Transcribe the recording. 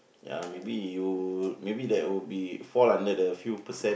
ya maybe you maybe that will be fall under the few percent